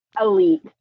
elite